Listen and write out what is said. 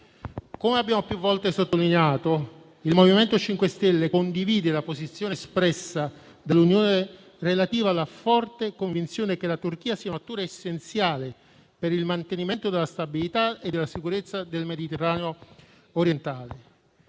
Come abbiamo più volte sottolineato, il MoVimento 5 Stelle condivide la posizione espressa dall'Unione europea relativamente alla forte convinzione che la Turchia sia un attore essenziale per il mantenimento della stabilità e della sicurezza del Mediterraneo orientale.